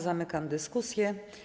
Zamykam dyskusję.